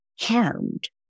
harmed